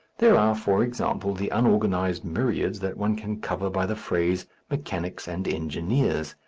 there are, for example, the unorganized myriads that one can cover by the phrase mechanics and engineers,